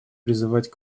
призывать